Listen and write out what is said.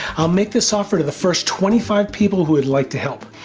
i'll make this offer to the first twenty five people who would like to help.